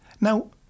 Now